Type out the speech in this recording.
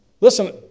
listen